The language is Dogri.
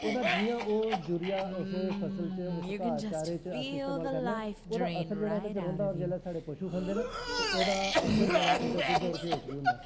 एह् ना ओह् यूरिया अस फसल च चारे च इस्तेमाल करने आं असर ओह्दे च रैंह्दा और जिसलै पशु खंदे न उस दा असर उंदे दुद्द और घ्यो च बी होंदा इक